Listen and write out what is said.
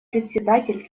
председатель